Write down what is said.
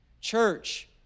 Church